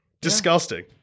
Disgusting